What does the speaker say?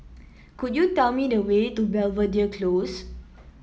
could you tell me the way to Belvedere Close